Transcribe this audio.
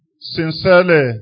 sincerely